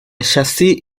châssis